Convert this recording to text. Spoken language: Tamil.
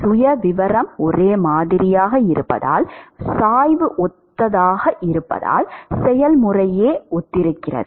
சுயவிவரம் ஒரே மாதிரியாக இருப்பதால் சாய்வு ஒத்ததாக இருப்பதால் செயல்முறையே ஒத்திருக்கிறது